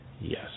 Yes